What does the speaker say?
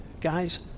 guys